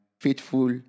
faithful